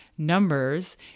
Numbers